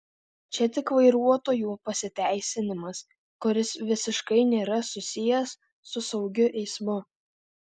čia tik vairuotojų pasiteisinimas kuris visiškai nėra susijęs su saugiu eismu